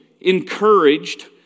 encouraged